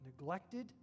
neglected